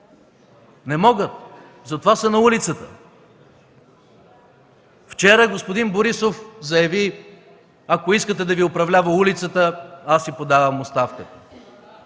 Не могат! Затова са на улицата. Вчера господин Борисов заяви: „Ако искате да Ви управлява улицата, аз си подавам оставката!”